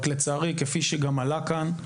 רק לצערי, כפי שגם עלה כאן,